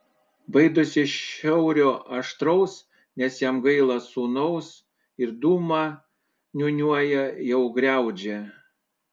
baidosi šiaurio aštraus nes jam gaila sūnaus ir dūmą niūniuoja jau griaudžią